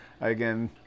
again